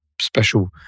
special